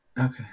Okay